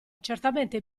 certamente